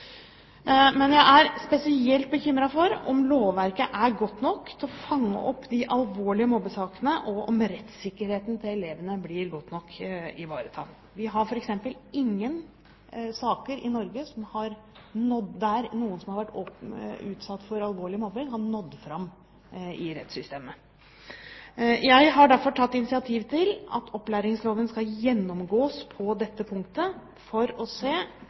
Men jeg er spesielt bekymret for om lovverket er godt nok til å fange opp de alvorlige mobbesakene, og om rettssikkerheten til elevene blir godt nok ivaretatt. Vi har for eksempel ingen saker i Norge der noen som har vært utsatt for alvorlig mobbing, har nådd fram i rettssystemet. Jeg har derfor tatt initiativ til at opplæringsloven skal gjennomgås på dette punktet for å se